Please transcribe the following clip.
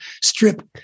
strip